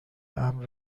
امن